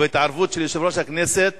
ובהתערבות של יושב-ראש הכנסת